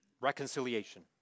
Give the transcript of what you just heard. reconciliation